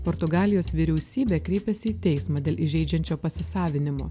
portugalijos vyriausybė kreipėsi į teismą dėl įžeidžiančio pasisavinimo